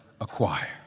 acquire